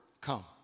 Come